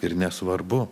ir nesvarbu